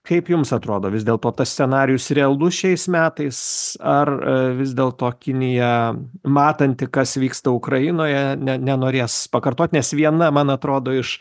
kaip jums atrodo vis dėlto tas scenarijus realus šiais metais ar vis dėlto kinija matanti kas vyksta ukrainoje ne nenorės pakartot nes viena man atrodo iš